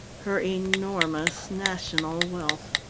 her enormous national wealth.